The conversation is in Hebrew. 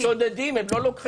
הם שודדים, הם לא לוקחים.